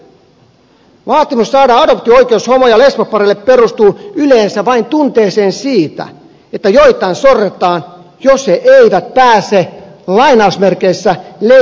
vaatimus saada adoptio oikeus homo ja lesbopareille perustuu yleensä vain tunteeseen siitä että joitain sorretaan jos he eivät pääse leikkimään vanhemmuutta